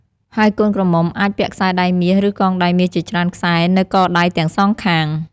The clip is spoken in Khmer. ហើយកូនក្រមុំអាចពាក់ខ្សែដៃមាស ឬកងដៃមាសជាច្រើនខ្សែនៅកដៃទាំងសងខាង។